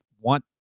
want